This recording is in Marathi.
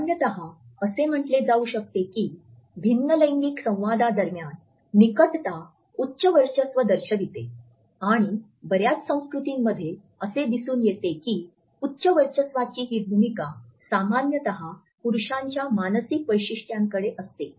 सामान्यत असे म्हटले जाऊ शकते की भिन्नलैंगिक संवादांदरम्यान निकटता उच्च वर्चस्व दर्शविते आणि बर्याच संस्कृतींमध्ये असे दिसून येते की उच्च वर्चस्वाची ही भूमिका सामान्यत पुरुषांच्या मानसिक वैशिष्ट्यांकडे असते